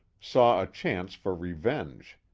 saw a chance for revenge.